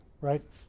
right